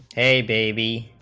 a db,